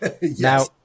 Now